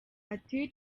ati